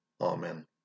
Amen